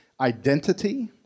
identity